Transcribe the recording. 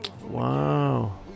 wow